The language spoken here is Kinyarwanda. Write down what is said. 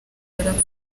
barapfa